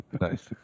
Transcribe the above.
nice